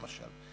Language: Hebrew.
למשל.